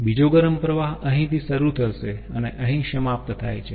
બીજો ગરમ પ્રવાહ અહીંથી શરૂ થશે અને અહીં સમાપ્ત થાય છે